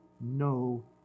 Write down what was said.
no